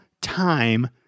time